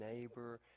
neighbor